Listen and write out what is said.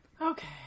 Okay